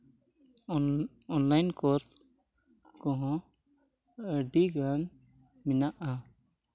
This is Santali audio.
ᱚᱱ ᱚᱱᱞᱟᱭᱤᱱ ᱠᱳᱨᱥ ᱠᱚᱦᱚᱸ ᱟᱹᱰᱤᱜᱟᱱ ᱢᱮᱱᱟᱜᱼᱟ